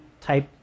type